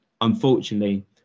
unfortunately